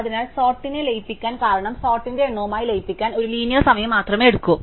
അതിനാൽ സോർട്ടിനെ ലയിപ്പിക്കുക കാരണം സോർട്ടിനെ എണ്ണവുമായി ലയിപ്പിക്കാൻ ഒരു ലീനിയർ സമയം മാത്രമേ എടുക്കൂ